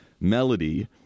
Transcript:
melody